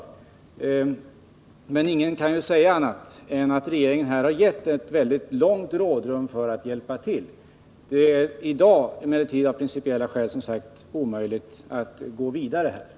Ingen torde kunna säga annat än att regeringen här har försökt hjälpa till genom att ge ett väldigt stort rådrum, men i dag är det, som sagt, omöjligt att gå vidare på den vägen.